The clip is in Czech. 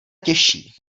těžší